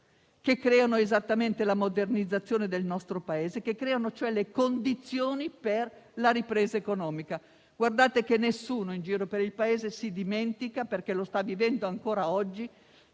che creano lavoro di qualità e la modernizzazione del nostro Paese, creando così le condizioni per la ripresa economica. Guardate che nessuno in giro per il Paese si dimentica, perché lo sta vivendo ancora oggi,